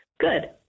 Good